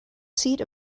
seat